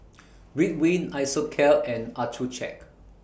Ridwind Isocal and Accucheck